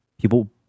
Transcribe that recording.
People